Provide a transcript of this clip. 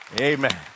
Amen